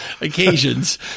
occasions